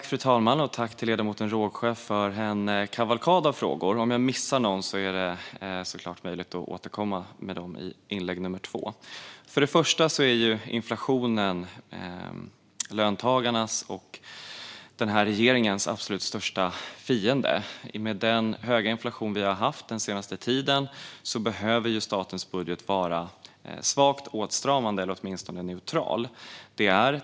Fru talman! Tack till ledamoten Rågsjö för en kavalkad av frågor! Om jag missar någon är det såklart möjligt att återkomma i inlägg nummer två. För det första är inflationen löntagarnas och regeringens absolut största fiende. Med den höga inflation vi har haft den senaste tiden behöver statens budget vara svagt åtstramande eller åtminstone neutral.